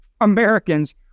Americans